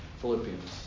Philippians